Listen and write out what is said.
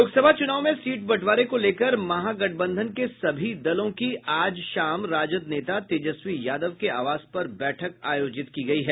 लोकसभा चूनाव में सीट बंटवारे को लेकर महागठबंधन के सभी दलों की आज शाम राजद नेता तेजस्वी यादव के आवास पर बैठक आयोजित की गई है